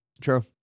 True